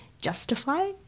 justify